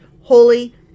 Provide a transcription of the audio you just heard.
holy